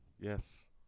Yes